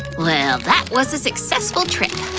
well that was a successful trip!